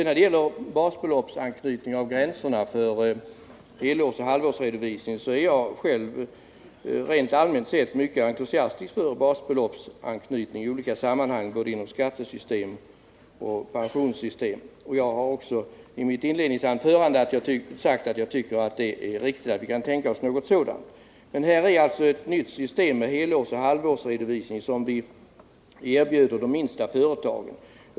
När det gäller basbeloppsanknytning av gränserna för heloch halvårsredovisning vill jag framhålla att jag, rent allmänt sett, är mycket entusiastisk till basbeloppsanknytning i olika sammanhang, inom både skatteoch pensionssystem. Jag har också i mitt inledningsanförande sagt att jag tycker att det är riktigt och att vi kan tänka oss något sådant. Men här är det ett nytt system med helårsoch halvårsredovisning som vi erbjuder de minsta företagen.